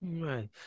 Right